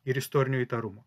ir istorinio įtarumo